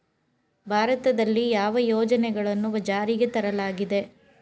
ಭಾರತದಲ್ಲಿ ಯಾವ ಯೋಜನೆಗಳನ್ನು ಜಾರಿಗೆ ತರಲಾಗಿದೆ?